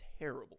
terrible